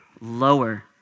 lower